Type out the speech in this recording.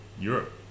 Europe